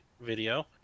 video